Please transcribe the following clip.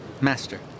Master